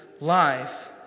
life